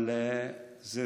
אבל הנושא הזה